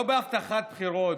לא בהבטחת בחירות,